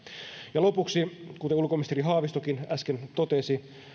ja lopuksi kuten ulkoministeri haavistokin äsken totesi